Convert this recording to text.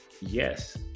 yes